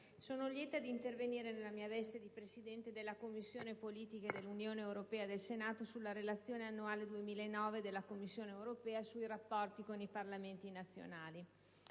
sono lieta di intervenire, nella mia veste di Presidente della Commissione politiche dell'Unione europea del Senato, sulla Relazione annuale 2009 della Commissione europea sui rapporti con i Parlamenti nazionali.